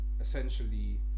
essentially